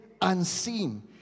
unseen